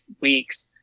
Weeks